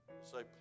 Say